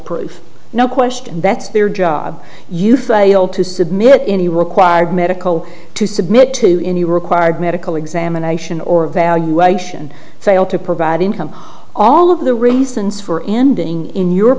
proof no question that speer job you failed to submit any required medical to submit to any required medical examination or evaluation fail to provide income all of the reasons for ending in